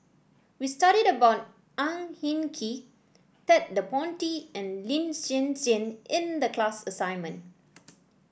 we studied about Ang Hin Kee Ted De Ponti and Lin Hsin Hsin in the class assignment